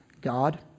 God